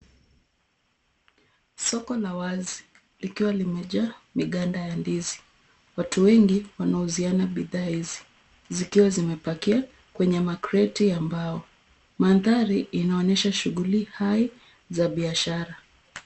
Soko la wazi likiwa limejaa miganda ya ndizi. Watu wengi wanauziana bidhaa hizi zikiwa zimepakiwa kwenye makreti ya mbao. Mandhari inaonyesha shughuli hai za biashara.